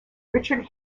richard